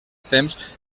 temps